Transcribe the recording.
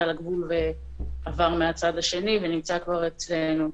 לגבול ועבר מהצד השני ונמצא כבר אצלנו.